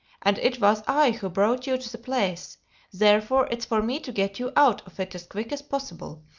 and it was i who brought you to the place therefore it's for me to get you out of it as quick as possible.